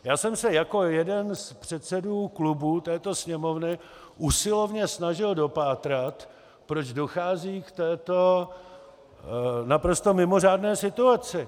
Já jsem se jako jeden z předsedů klubů této Sněmovny usilovně snažil dopátrat, proč dochází k této naprosto mimořádné situaci.